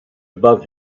above